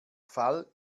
fall